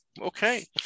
Okay